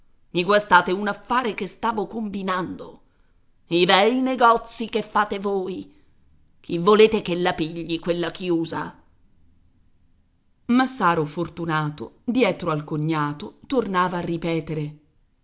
mi guastate un affare che stavo combinando i bei negozi che fate voi chi volete che la pigli quella chiusa massaro fortunato dietro al cognato tornava a ripetere